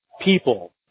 people